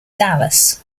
dallas